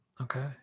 Okay